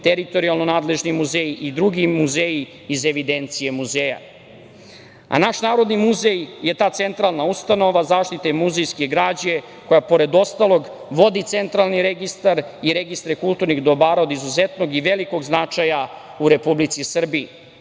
teritorijalno nadležni muzeji i drugi muzeji iz evidencije muzeja. Naš Narodni muzej je ta centralna ustanova zaštite muzejske građe, koja pored ostalog vodi centralni registar i registar kulturnih dobara od izuzetnog i velikog značaja u Republici Srbiji,